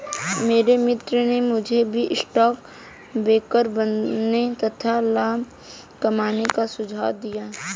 मेरे मित्र ने मुझे भी स्टॉक ब्रोकर बनने तथा लाभ कमाने का सुझाव दिया